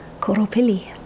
koropili